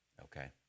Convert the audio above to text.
okay